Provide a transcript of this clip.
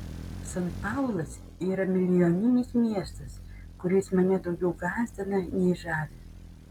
san paulas yra milijoninis miestas kuris mane daugiau gąsdina nei žavi